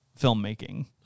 filmmaking